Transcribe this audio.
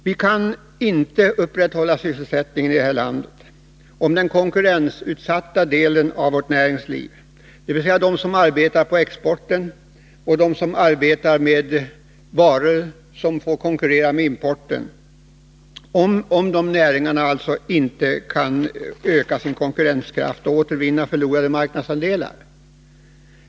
Vi kan inte upprätthålla sysselsättningen i det här landet, om inte den konkurrensutsatta delen av vårt näringsliv, dvs. de företag som arbetar med varor för export och med varor som skall konkurrera med importen, kan öka sin konkurrenskraft och återvinna förlorade marknadsandelar.